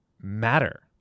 matter